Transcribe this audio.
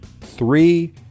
three